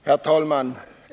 Herr talman!